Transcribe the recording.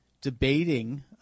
debating